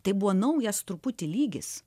tai buvo naujas truputį lygis